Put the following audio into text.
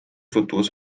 tutvus